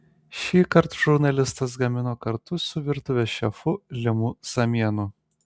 šįkart žurnalistas gamino kartu su virtuvės šefu linu samėnu